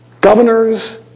Governors